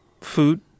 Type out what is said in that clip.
food